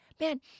man